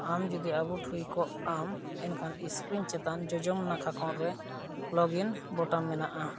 ᱟᱢ ᱡᱩᱫᱤ ᱟᱵᱩᱴ ᱦᱩᱭ ᱠᱚᱜ ᱟᱢ ᱮᱱᱠᱷᱟᱱ ᱤᱥᱠᱨᱤᱱ ᱪᱮᱛᱟᱱ ᱡᱚᱡᱚᱢ ᱱᱟᱠᱷᱟ ᱠᱚᱬᱨᱮ ᱞᱚᱜᱤᱱ ᱵᱩᱛᱟᱹᱢ ᱢᱮᱱᱟᱜᱼᱟ